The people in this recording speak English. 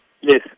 Yes